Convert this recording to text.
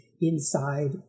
inside